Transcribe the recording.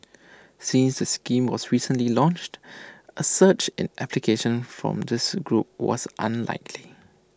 since the scheme was recently launched A surge in applications from this group was unlikely